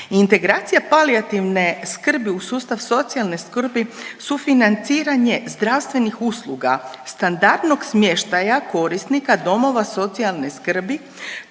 Integracija palijativne skrbi u sustav socijalne skrbi sufinanciranje zdravstvenih usluga standardnog smještaja korisnika domova socijalne skrbi,